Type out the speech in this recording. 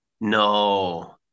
No